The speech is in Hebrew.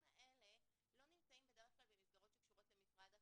האלה לא נמצאים בדרך כלל במסגרות שקשורות למשרד החינוך.